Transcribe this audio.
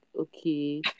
okay